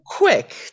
quick